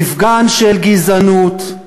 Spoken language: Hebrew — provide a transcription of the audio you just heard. מפגן של גזענות,